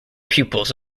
pupils